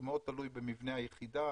זה מאוד תלוי במבנה היחידה